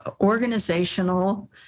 Organizational